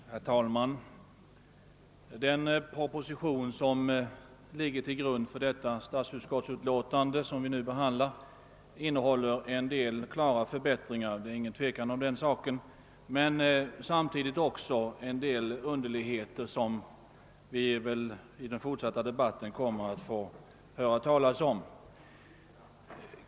Herr talman! Den proposition som ligger till grund för det statsutskottsutlåtande som vi nu behandlar innehåller en del klara förbättringar — det är ingen tvekan om den saken — men samtidigt också en del underligheter som vi väl i den fortsatta debatten kommer att få höra talas om.